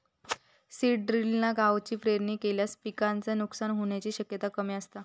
seed ड्रिलना गवाची पेरणी केल्यास पिकाचा नुकसान होण्याची शक्यता कमी असता